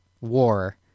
war